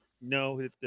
No